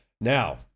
Now